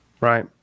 Right